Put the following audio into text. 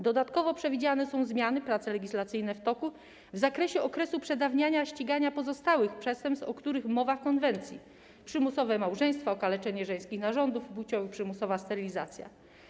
Dodatkowo przewidziane są zmiany - prace legislacyjne są w toku - w zakresie okresu przedawniania ściągania pozostałych przestępstw, o których mowa w konwencji: przymusowe małżeństwa, okaleczenia żeńskich narządów płciowych, przymusowa sterylizacja.